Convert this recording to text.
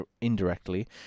indirectly